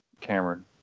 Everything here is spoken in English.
Cameron